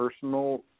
personal